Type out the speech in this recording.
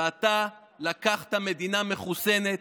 ואתה לקחת מדינה מחוסנת,